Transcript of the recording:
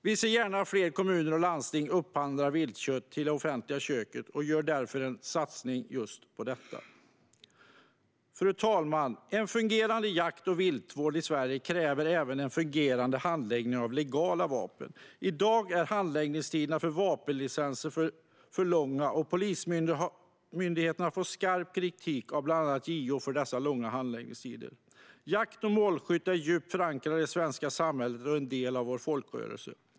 Vi ser gärna att fler kommuner och landsting upphandlar viltkött till de offentliga köken och gör därför en satsning på just detta. Fru talman! En fungerande jakt och viltvård i Sverige kräver även en fungerande handläggning av legala vapen. I dag är handläggningstiderna för vapenlicenser alltför långa, och Polismyndigheten har fått skarp kritik av bland andra JO för dessa långa handläggningstider. Jakt och målskytte är djupt förankrade i det svenska samhället och en del av vår folkrörelse.